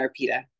Arpita